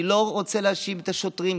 אני לא רוצה להאשים את השוטרים,